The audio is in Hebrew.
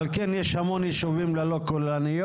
על כן יש המון ישובים ללא כוללניות,